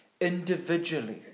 individually